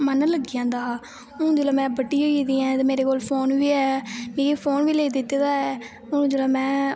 मन लग्गी जंदा हा हून में जिसलै बड्डी होई गेदी आं ते मेरे कोल फोन बी ऐ मिगी फोन बी लेई दित्ते दा ऐ हून जिसलै मैं